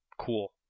Cool